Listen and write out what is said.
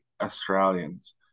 Australians